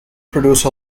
produce